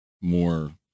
more